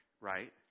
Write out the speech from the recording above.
right